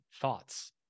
thoughts